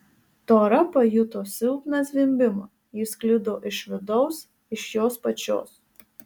tora pajuto silpną zvimbimą jis sklido iš vidaus iš jos pačios